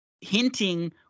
Hinting